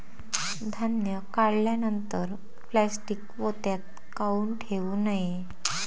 धान्य काढल्यानंतर प्लॅस्टीक पोत्यात काऊन ठेवू नये?